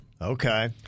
Okay